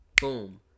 Boom